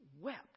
wept